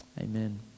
Amen